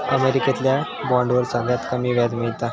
अमेरिकेतल्या बॉन्डवर सगळ्यात कमी व्याज मिळता